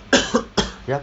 ya